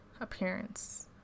appearance